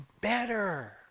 better